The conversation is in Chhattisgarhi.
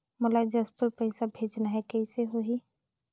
मोला जशपुर पइसा भेजना हैं, कइसे होही?